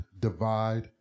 divide